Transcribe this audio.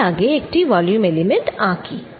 আমি আগে একটি ভলিউম এলিমেন্ট আঁকি